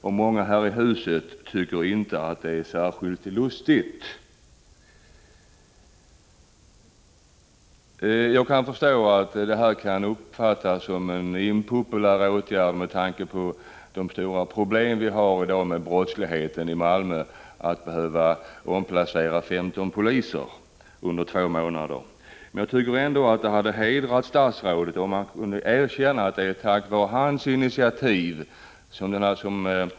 Och många här i huset tycker inte det är särskilt lustigt.” Jag kan förstå att det uppfattas som en impopulär åtgärd, med tanke på de stora problem vi har i dag med brottsligheten i Malmö, att behöva omplacera 15 poliser under två månader. Jag tycker ändå att det hade hedrat statsrådet om han kunde ha erkänt att detta gjordes på hans initiativ.